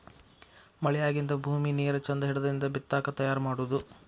ಮಳಿ ಆಗಿಂದ ಭೂಮಿ ನೇರ ಚಂದ ಹಿಡದಿಂದ ಬಿತ್ತಾಕ ತಯಾರ ಮಾಡುದು